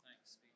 Thanks